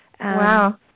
Wow